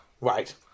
Right